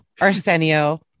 Arsenio